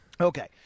Okay